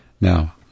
Now